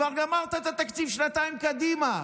כבר גמרת את התקציב שנתיים קדימה.